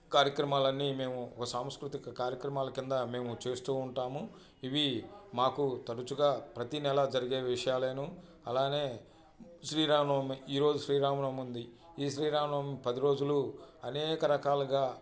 కార్యక్రమాలన్నీ మేము ఒక సాంస్కృతిక కార్యక్రమాల కింద మేము చేస్తూ ఉంటాము ఇవి మాకు తరచుగా ప్రతినెలా జరిగే విషయాలను అలాగే శ్రీరామనవమి ఈరోజు శ్రీరామనవమి ఉంది ఈ శ్రీరామనవమి పది రోజులు అనేక రకాలుగా